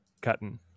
cutting